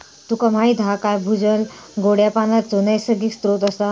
तुमका माहीत हा काय भूजल गोड्या पानाचो नैसर्गिक स्त्रोत असा